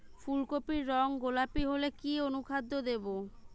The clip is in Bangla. ফুল কপির রং গোলাপী হলে কি অনুখাদ্য দেবো?